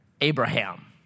Abraham